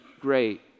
great